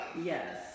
Yes